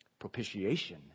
Propitiation